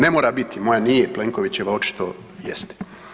Ne mora biti, moja nije, Plenkovićeva očito jeste.